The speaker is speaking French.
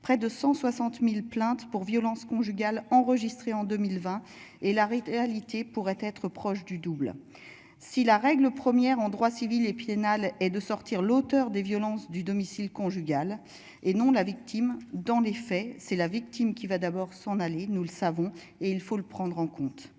près de 160.000 plaintes pour violences conjugales enregistrées en 2020 et l'arrêt réalité pourrait être proche du double. Si la règle première en droit civil et pénal et de sortir l'auteur des violences du domicile conjugal et non la victime dans les faits c'est la victime qui va d'abord s'en aller, nous le savons et il faut le prendre en compte